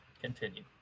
Continue